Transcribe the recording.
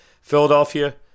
Philadelphia